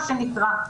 מה שנקרא.